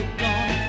gone